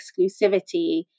exclusivity